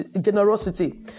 generosity